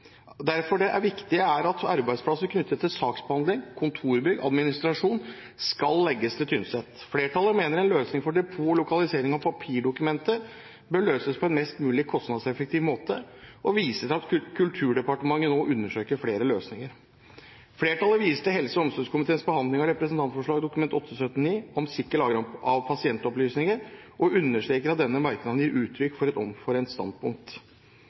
derfor det viktige er at arbeidsplasser knyttet til saksbehandling, kontorbygg og administrasjon skal legges til Tynset. Flertallet mener en løsning for depot og lokalisering av papirdokumenter bør løses på en mest mulig kostnadseffektiv måte og viser til at Kulturdepartementet nå undersøker flere løsninger. Flertallet viser til helse- og omsorgskomiteens behandling av Dokument 8:79 S Representantforslag om sikker lagring av pasientopplysninger og understreker at denne merknaden gir uttrykk for et omforent standpunkt.